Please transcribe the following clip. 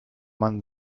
man